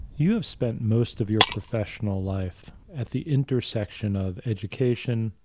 you have spent most of your professional life at the intersection of education,